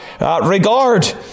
regard